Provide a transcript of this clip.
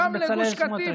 חבר הכנסת בצלאל סמוטריץ,